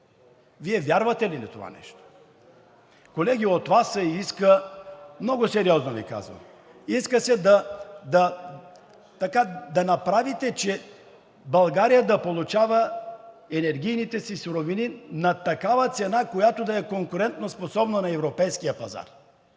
Вие вярвате ли на това нещо? Колеги, от Вас се иска, много сериозно Ви казвам, иска се така да направите, че България да получава енергийните си суровини на такава цена, която да е конкурентоспособна на европейския пазар.